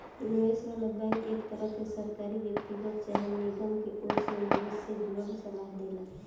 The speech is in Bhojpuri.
निवेश वाला बैंक एक तरह के सरकारी, व्यक्तिगत चाहे निगम के ओर से निवेश से जुड़ल सलाह देला